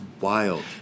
wild